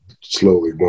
slowly